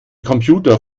computer